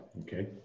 Okay